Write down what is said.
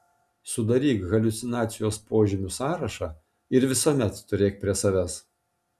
sudaryk haliucinacijos požymių sąrašą ir visuomet turėk prie savęs